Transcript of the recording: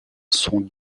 sont